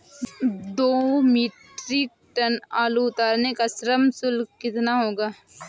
दो metric tonne आलू उतारने का श्रम शुल्क कितना होगा?